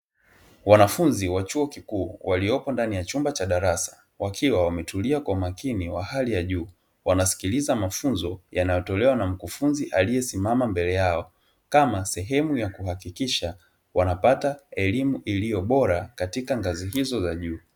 Wanafunzi wa chuo kikuu waliopo ndani ya chumba cha darasa wakiwa wametulia kwa umakini wa hali ya juu, wanasikiliza mafunzo yanayotolewa na mkufunzi aliye simama mbele yao kama sehemu ya kuhakikisha wanapata elimu iliyo bora katika ngazi hizo za juu.